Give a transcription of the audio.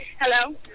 Hello